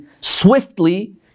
swiftly